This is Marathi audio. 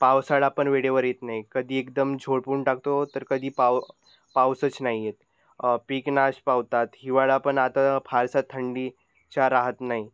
पावसाळापण वेळेवर येत नाही कधी एकदम झोडपून टाकतो तर कधी पाव पाऊसच नाही येत पिकं नाश पावतात हिवाळापण आता फारसा थंडीचा राहत नाही